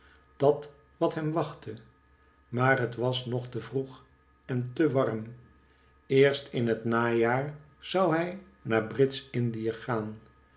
dat wat hem wachtte maar het was nog te vroeg en te warm eerst in het najaar zou hij naar britsch lndie gaan